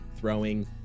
throwing